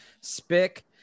Spick